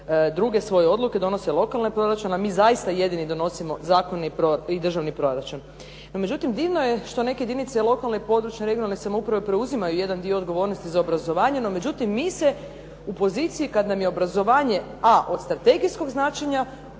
druge svoje odluke, donose lokalne proračune, a mi zaista jedini donosimo zakone i državni proračun. No, međutim, divno je što neke jedinice lokalne i područne, regionalne samouprave preuzimaju jedan dio odgovornosti za obrazovanje, no međutim, mi se u poziciji kada nam je obrazovanje A od strategijskog značenja,